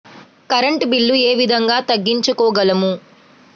Current bill ఏ విధంగా తగ్గించుకోగలము?